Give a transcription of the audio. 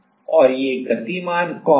तो चलिए उस स्ट्रे कैपेसिटेंस को Cs कहते हैं